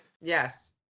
Yes